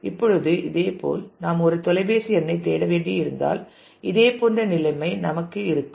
இப்பொழுது இதேபோல் நாம் ஒரு தொலைபேசி எண்ணைத் தேட வேண்டியிருந்தால் இதேபோன்ற நிலைமை நமக்கு இருக்கும்